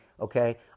Okay